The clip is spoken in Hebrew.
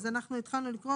אז אנחנו התחלנו לקרוא.